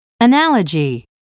analogy